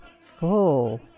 Full